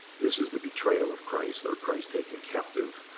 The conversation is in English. this is the betrayal of christ, or christ taken captive,